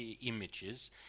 images